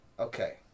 Okay